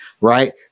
right